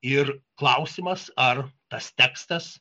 ir klausimas ar tas tekstas